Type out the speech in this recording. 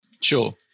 Sure